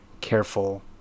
careful